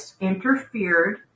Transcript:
interfered